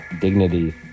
Dignity